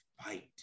fight